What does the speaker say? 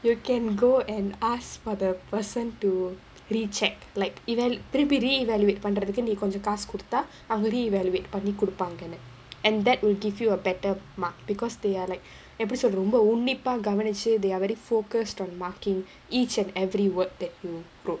you can go and ask for the person to reject like event திருப்பி:thiruppi reevaluate பண்றதுக்கு நீ கொஞ்ச காசு கொடுத்தா அவங்க:panrathukku nee konja kaasu koduthaa avanga reevaluate பண்ணி குடுப்பாங்கனு:panni kuduppaanganu and that will give you a better mark because they are like எப்பிடி சொல்றது ரொம்ப உன்னிப்பா கவனிச்சு:eppidi solrathu romba unnippaa gavanichu they are already focused on marking each and every word that you wrote